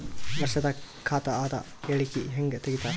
ವರ್ಷದ ಖಾತ ಅದ ಹೇಳಿಕಿ ಹೆಂಗ ತೆಗಿತಾರ?